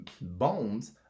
bones